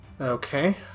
okay